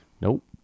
Nope